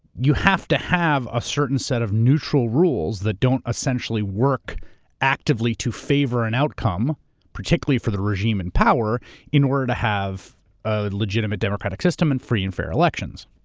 you have to have a certain set of neutral rules that don't essentially work actively to favor an outcome particularly for the regime in power in order to have a legitimate democratic system and free and fair elections.